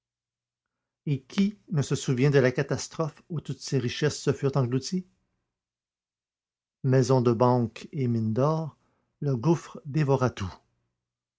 qui ne se souvient de la catastrophe où toutes ces richesses furent englouties maisons de banque et mines d'or le gouffre dévora tout